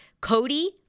Cody